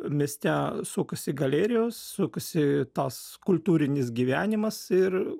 mieste sukasi galerijos sukasi tas kultūrinis gyvenimas ir